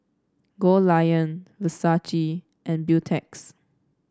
Goldlion Versace and Beautex